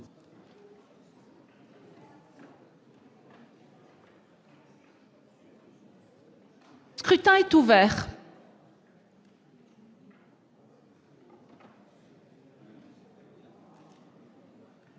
Le scrutin est ouvert.